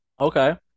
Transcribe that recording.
okay